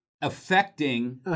affecting